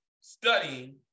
studying